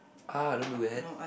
ah don't do that